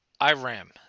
Iram